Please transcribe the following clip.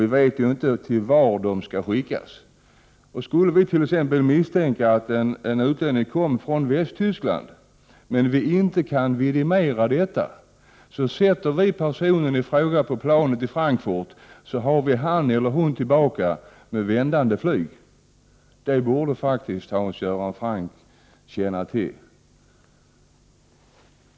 Vi vet ju inte vart han eller hon skall skickas. Skulle vi t.ex. misstänka att en utlänning kommer från Västtyskland men inte kan vidimera detta innebär det att vi, om vi sätter personen i fråga på planet till Frankfurt, vi får honom eller henne tillbaka med vändande flyg. Detta borde faktiskt Hans Göran Franck känna till.